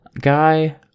guy